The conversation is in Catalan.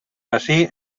ací